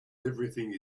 everything